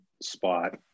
spot